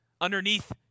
underneath